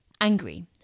angry